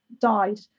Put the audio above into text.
died